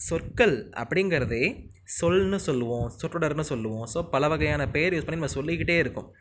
சொற்கள் அப்படிங்குறதே சொல்ன்னு சொல்லுவோம் சொற்றோடர்ன்னு சொல்லுவோம் ஸோ பல வகையான பேர் யூஸ் பண்ணி நம்ம சொல்லிகிட்டே இருக்கோம்